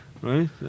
Right